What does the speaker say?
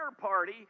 party